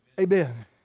Amen